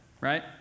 right